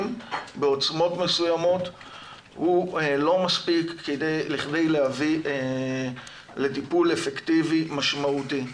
בעוצמות מסוימות הוא לא מספיק כדי להביא לטיפול אפקטיבי משמעותי.